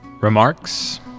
Remarks